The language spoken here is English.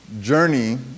journey